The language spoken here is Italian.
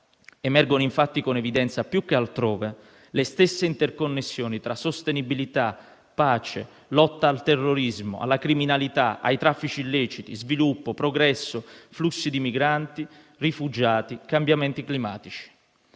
emergono, infatti, con evidenza più che altrove le stesse interconnessioni tra sostenibilità, pace, lotta al terrorismo, alla criminalità, ai traffici illeciti, sviluppo, progresso, flussi di migranti, rifugiati e cambiamenti climatici.